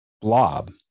blob